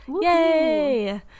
Yay